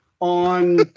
on